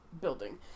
building